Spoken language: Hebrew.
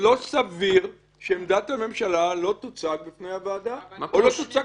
לא סביר שעמדת הממשלה לא תוצג בפני הוועדה או לא תוצג